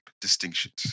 distinctions